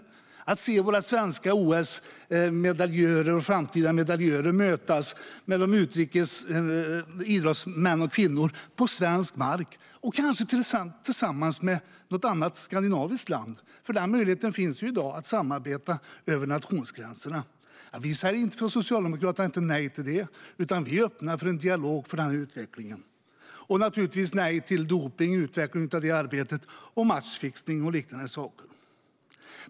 Tänk er att se våra svenska OS-medaljörer och framtida medaljörer möta utländska idrottsmän och idrottskvinnor på svensk mark! Kanske kan vi göra detta tillsammans med ett annat skandinaviskt land. Den möjligheten finns ju i dag; man kan samarbeta över nationsgränserna. Vi säger inte nej till det från Socialdemokraterna, utan vi är öppna för en dialog om denna utveckling. Vi säger naturligtvis nej till dopning och vill ha en utveckling av detta arbete. Det gäller också matchfixning och liknande.